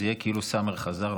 זה יהיה כאילו סאמר חזר,